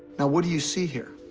now, what do you see here?